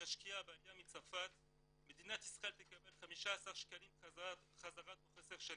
שנשקיע בעליה מצרפת מדינת ישראל תקבל 15 שקלים בחזרה תוך עשר שנים.